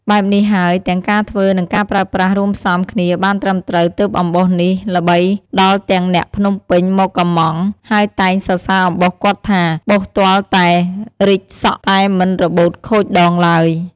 បែបនេះហើយទាំងការធ្វើនិងការប្រើប្រាស់រួមផ្សំគ្នាបានត្រឹមត្រូវទើបអំបោសនេះល្បីដល់ទាំងអ្នកភ្នំពេញមកកម្មង់ ហើយតែងសរសើរអំបោសគាត់ថា បោសទាល់តែរិចសក់តែមិនរបូតខូចដងឡើយ។